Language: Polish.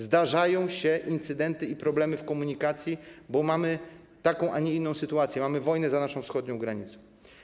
Zdarzają się incydenty i problemy dotyczące komunikacji, bo mamy taką, a nie inną sytuację, mamy wojnę za naszą wschodnią granicą.